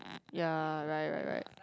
ya right right right